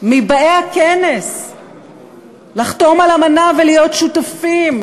לבאי הכנס לחתום על אמנה ולהיות שותפים